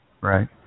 Right